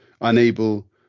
unable